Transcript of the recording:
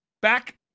Back